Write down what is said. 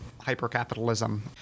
hyper-capitalism